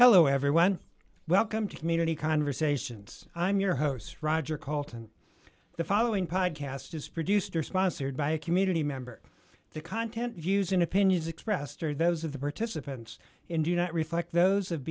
hello everyone welcome to community conversations i'm your host roger coulton the following podcast is produced or sponsored by a community member the content views and opinions expressed are those of the participants in do not reflect those of